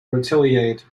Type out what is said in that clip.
retaliate